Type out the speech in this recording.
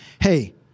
hey